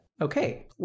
Okay